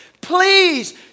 Please